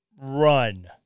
run